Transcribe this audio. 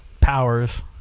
Powers